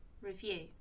review